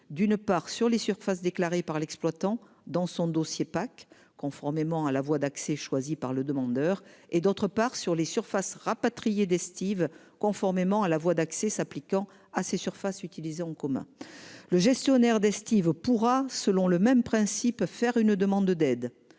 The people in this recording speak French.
d'une part sur les surfaces déclarées par l'exploitant dans son dossier PAC conformément à la voie d'accès choisie par le demandeur et d'autre part sur les surfaces rapatrié d'estive, conformément à la voie d'accès s'appliquant à ces surfaces utilisées en commun le gestionnaire d'estive pourra selon le même principe, faire une demande d'aide